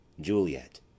JULIET